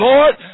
Lord